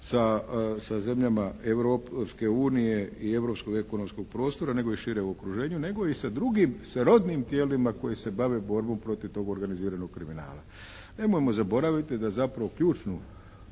sa zemljama Europske unije i Europskog ekonomskog prostora nego i širem okruženju nego i sa drugim radnim tijelima koji se bave borbom protiv tog organiziranog kriminala. Nemojmo zaboraviti da zapravo ključnu